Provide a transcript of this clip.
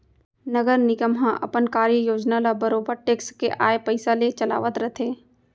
नगर निगम ह अपन कार्य योजना ल बरोबर टेक्स के आय पइसा ले चलावत रथे